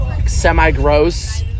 semi-gross